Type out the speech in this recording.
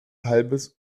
halbes